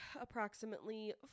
approximately